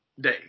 day